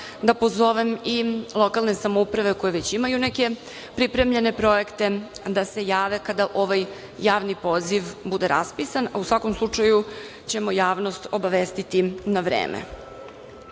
da pozovem i lokalne samouprave koje imaju već neke pripremljene projekte da se jave kada ovaj javni poziv bude raspisan, a u svakom slučaju ćemo javnost obavestiti na vreme. Moram